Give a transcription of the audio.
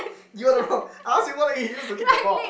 you are the problem I ask you what leg he use to kick the ball